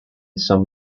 some